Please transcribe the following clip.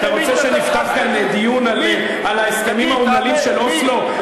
אתה רוצה שנפתח כאן דיון על ההסכמים האומללים של אוסלו,